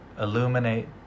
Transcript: illuminate